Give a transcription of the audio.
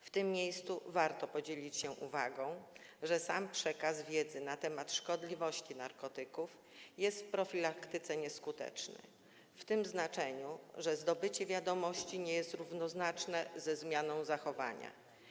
W tym miejscu warto podzielić się uwagą, że sam przekaz wiedzy na temat szkodliwości narkotyków jest w profilaktyce nieskuteczny w tym znaczeniu, że zdobycie wiadomości nie jest równoznaczne ze zmianą zachowania.